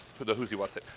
the whosy what's it,